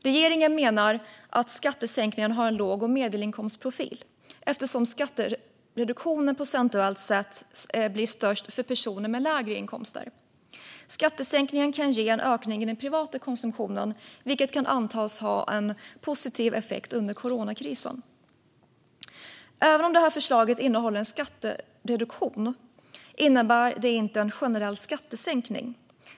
Regeringen menar att skattesänkningen har en låg och medelinkomstprofil, eftersom skattereduktionen procentuellt sett blir störst för personer med lägre inkomster. Skattesänkningen kan ge en ökning i den privata konsumtionen, vilket kan antas ha en positiv effekt under coronakrisen. Även om förslaget innehåller en skattereduktion innebär det inte en generell skattesänkning.